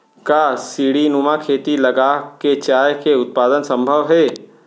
का सीढ़ीनुमा खेती लगा के चाय के उत्पादन सम्भव हे?